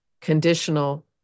conditional